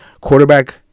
Quarterback